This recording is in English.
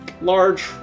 large